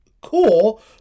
cool